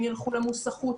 הם ילכו למוסחות,